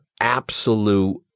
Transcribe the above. absolute